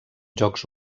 jocs